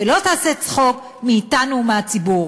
ולא תעשה צחוק מאתנו ומהציבור.